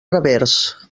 revers